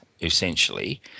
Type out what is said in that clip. essentially